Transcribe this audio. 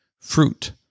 fruit